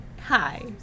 Hi